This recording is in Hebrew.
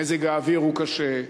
מזג האוויר קשה,